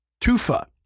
tufa